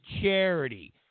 charity